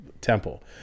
Temple